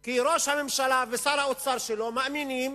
כי ראש הממשלה ושר האוצר שלו מאמינים